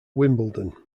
wimbledon